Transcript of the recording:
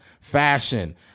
fashion